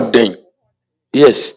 Yes